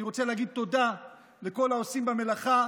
אני רוצה להגיד תודה לכל העושים במלאכה.